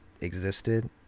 existed